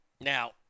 Now